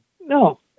no